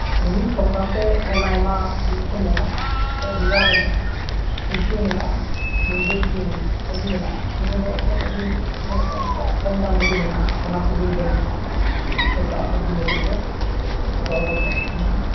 ᱡᱟᱹᱱᱤᱡ ᱠᱚᱢ ᱫᱟᱢᱛᱮ ᱟᱭᱢᱟ ᱟᱭᱢᱟ ᱡᱤᱱᱤᱥ ᱮᱢ ᱧᱟᱢᱟ ᱱᱤᱛᱳᱜ ᱵᱮᱸᱜᱟᱲ ᱢᱮᱱᱟᱜᱼᱟ ᱠᱩᱲᱪᱟᱹ ᱢᱮᱱᱟᱜᱼᱟ ᱢᱩᱱᱜᱟᱹᱥᱩᱴᱤ ᱢᱮᱱᱟᱜᱼᱟ ᱟᱹᱞᱩ ᱢᱮᱱᱟᱜᱼᱟ ᱱᱤᱭᱟᱹᱫᱚ ᱮᱠᱮᱱ ᱟᱹᱰᱤ ᱢᱟᱱᱮ ᱱᱤᱛᱚᱜ ᱠᱚᱢ ᱫᱟᱢ ᱨᱮᱜᱮ ᱢᱮᱱᱟᱜᱼᱟ ᱚᱱᱟ ᱠᱚᱜᱮᱢ ᱡᱚᱢ ᱵᱟᱸᱧᱪᱟᱜᱼᱟ ᱥᱚᱵᱡᱤ ᱢᱩᱫᱽ ᱨᱮᱫᱚ ᱟᱨᱚ ᱦᱚᱛᱚᱫ ᱠᱚ ᱢᱮᱱᱟᱜᱼᱟ